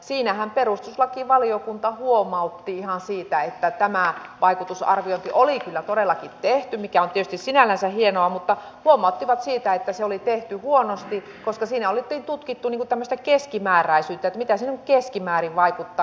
siinähän perustuslakivaliokunta huomautti ihan siitä että tämä vaikutusarviointi oli kyllä todellakin tehty mikä on tietysti sinällänsä hienoa mutta huomautti siitä että se oli tehty huonosti koska siinä oltiin tutkittu tämmöistä keskimääräisyyttä että mitä se keskimäärin vaikuttaa